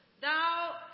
thou